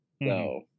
No